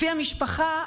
לפי המשפחה,